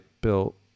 built